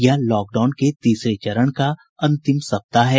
यह लॉकडाउन के तीसरे चरण का अंतिम सप्ताह है